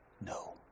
No